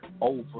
over